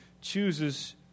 chooses